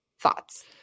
Thoughts